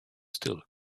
still